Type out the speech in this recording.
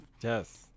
Yes